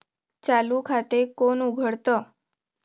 चालू खाते कोण उघडतं?